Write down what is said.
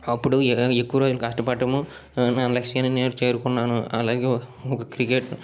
అప్పుడు ఎక్కువ రోజులు కష్టపడటము నా లక్ష్యాన్ని నేను చేరుకున్నాను అలాగే ఒక క్రికెట్